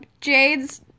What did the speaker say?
Jade's